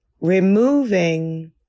removing